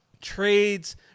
Trades